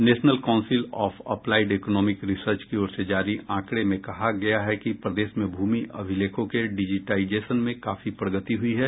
national Council of Applied Economic Research की ओर से जारी आंकड़ें में कहा गया है कि प्रदेश में भूमि अभिलेखों के डिजिटाईजेशन में काफी प्रगति हुई है